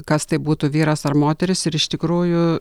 kas tai būtų vyras ar moteris ir iš tikrųjų